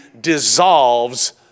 dissolves